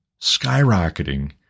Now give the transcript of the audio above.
skyrocketing